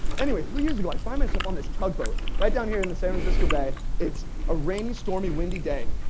anyway, three years ago i find myself on this tugboat right down here in the san francisco bay. it's a rainy, stormy windy day,